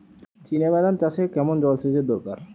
চিনাবাদাম চাষে কেমন জলসেচের দরকার?